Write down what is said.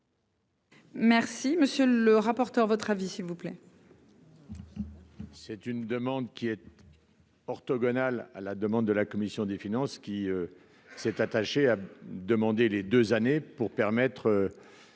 Merci, monsieur le rapporteur, votre avis s'il vous plaît. C'est une demande qui est. Orthogonal à la demande de la commission des finances, qui s'est attaché à demander les deux années pour permettre,